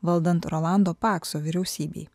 valdant rolando pakso vyriausybei